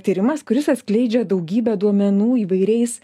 tyrimas kuris atskleidžia daugybę duomenų įvairiais